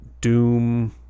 doom